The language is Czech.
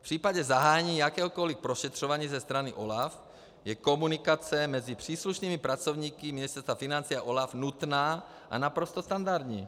V případě zahájení jakéhokoliv prošetřování ze strany OLAF je komunikace mezi příslušnými pracovníky Ministerstva financí a OLAF nutná a naprosto standardní.